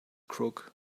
crook